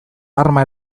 arma